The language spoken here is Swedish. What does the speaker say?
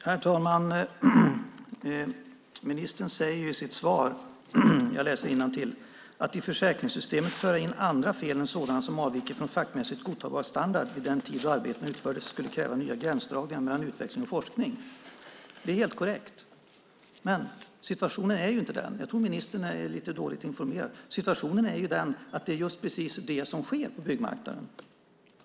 Herr talman! Ministern säger i sitt svar: "Att i försäkringssystemet föra in andra fel än sådana som avviker från fackmässigt godtagbar standard vid den tid då arbetena utfördes skulle kräva nya gränsdragningar mellan utveckling och forskning." Det är helt korrekt. Men situationen är inte den. Jag tror att ministern är lite dåligt informerad. Situationen är den att det är just precis det som sker på byggmarknaden.